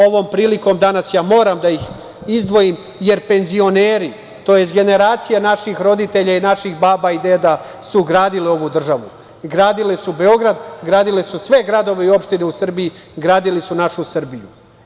Ovom prilikom danas ja moram da ih izdvojim, jer penzioneri, tj. generacija naših roditelja i naših baba i deda su gradili ovu državu, gradili su Beograd, gradili su sve gradove i opštine u Srbiji, gradili su našu Srbiju.